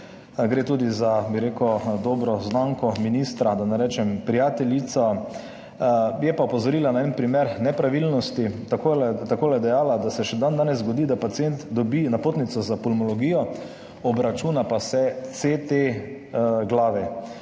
gre tudi za, bi rekel, dobro znamko ministra, da ne rečem prijateljico, je pa opozorila na en primer nepravilnosti. Tako je dejala, da se še dandanes zgodi, da pacient dobi napotnico za pulmologijo, obračuna pa se CT glave.